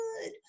good